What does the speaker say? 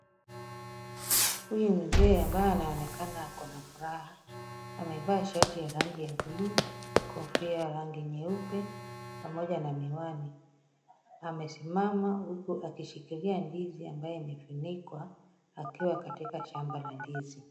Huyu ni mzee ambaye anaonekana ako na furaha. Amevaa shati ya rangi ya buluu, kofia ya rangi nyeupe pamoja na miwani. Amesimama huku akishikilia ndizi ambayo imefunikwa akiwa katika shamba la ndizi.